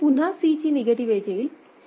इथे पुन्हा Cची निगेटिव्ह एज येईल